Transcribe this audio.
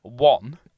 One